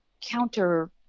counter